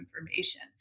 information